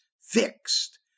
fixed